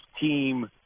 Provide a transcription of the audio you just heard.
team